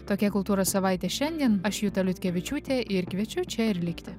tokia kultūros savaitė šiandien aš juta liutkevičiūtė ir kviečiu čia ir likti